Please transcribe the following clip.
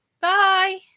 bye